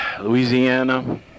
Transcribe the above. Louisiana